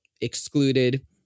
excluded